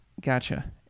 Gotcha